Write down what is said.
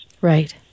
Right